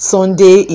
Sunday